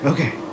Okay